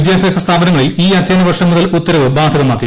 വിദ്യാഭ്യാസ സ്ഥാപനങ്ങളിൽ ഈ അധ്യയന വർഷം മുതൽ ഉത്തരവ് ബാധകമാക്കി